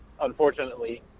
unfortunately